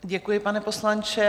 Děkuji, pane poslanče.